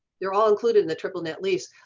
they're all included in the triple net lease,